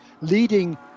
leading